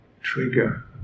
trigger